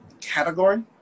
category